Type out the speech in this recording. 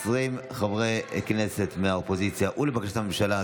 20 חברי כנסת מהאופוזיציה ולבקשת הממשלה,